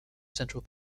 central